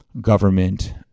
government